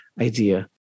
idea